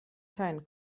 keinen